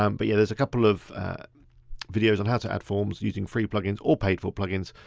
um but yeah, there's a couple of videos on how to add forms using free plugins or paid for plugins.